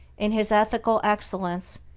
in his ethical excellence,